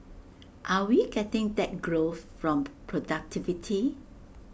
are we getting that growth from productivity